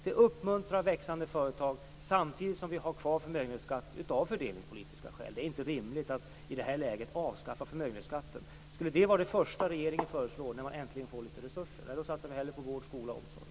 Det uppmuntrar växande företag, samtidigt som vi har kvar förmögenhetsskatten av fördelningspolitiska skäl. Det är inte rimligt att man i detta läge avskaffar förmögenhetsskatten. Det är knappast det första som regeringen föreslår när det äntligen finns litet resurser. Då satsar vi hellre på vård, skola och omsorg.